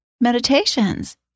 meditations